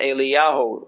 Eliyahu